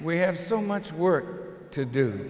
we have so much work to do